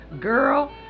girl